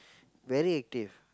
very active